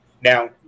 Now